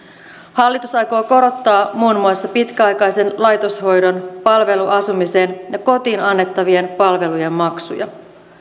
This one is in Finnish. hallitus aikoo korottaa muun muassa pitkäaikaisen laitoshoidon palveluasumisen ja kotiin annettavien palvelujen maksuja